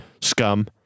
scum